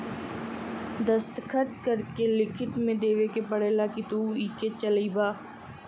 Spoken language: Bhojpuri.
दस्खत करके लिखित मे देवे के पड़ेला कि तू इके चलइबा